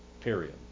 period